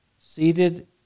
seated